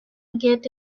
get